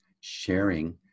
sharing